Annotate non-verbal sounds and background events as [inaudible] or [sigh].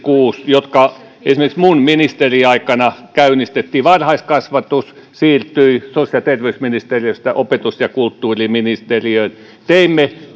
viiva kuusi jotka esimerkiksi minun ministeriaikanani käynnistettiin varhaiskasvatus siirtyi sosiaali ja terveysministeriöstä opetus ja kulttuuriministeriöön teimme [unintelligible]